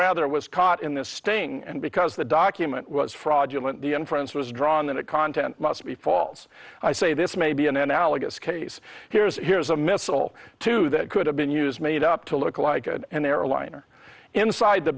rather was caught in this staying and because the document was fraudulent the inference was drawn that content must be false i say this may be an analogous case here's here's a missile too that could have been used made up to look like an airliner inside the